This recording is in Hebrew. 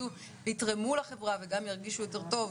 שיעבדו ויתרמו לחברה וגם ירגישו יותר טוב,